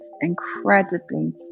incredibly